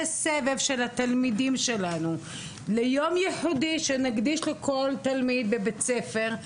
סבב של התלמידים שלנו ליום ייחודי שנקדיש לכל תלמיד בבית ספר,